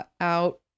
out